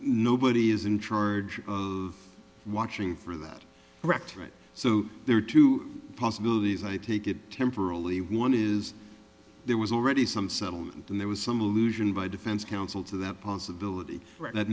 nobody is interested in watching for that correct right so there are two possibilities i take it temporarily one is there was already some settlement and there was some allusion by defense counsel to that possibility that